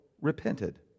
repented